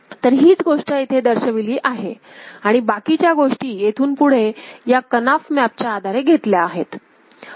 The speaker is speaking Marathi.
तर हीच गोष्ट येथे दर्शविली जात आहे आणि बाकीच्या गोष्टी येथून पुढे या कनाफ मॅप च्या आधारे घेतल्या आहेत